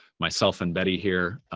myself and betty here.